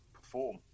perform